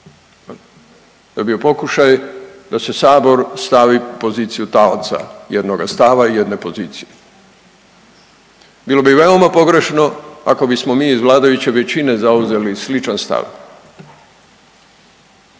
je bio pokušaj da se Sabor stavi u poziciju taoca jednoga stava i jedne pozicije. Bilo bi veoma pogrešno ako bismo mi iz vladajuće većine zauzeli sličan stav.